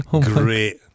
Great